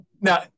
Now